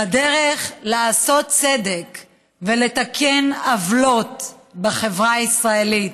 בדרך לעשות צדק ולתקן עוולות בחברה הישראלית,